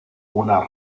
una